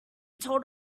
told